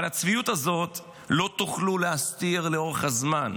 אבל את הצביעות הזאת לא תוכלו להסתיר לאורך הזמן,